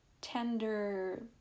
tender